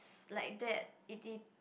like that it de~